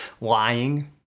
lying